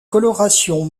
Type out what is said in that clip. coloration